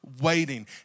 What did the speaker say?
waiting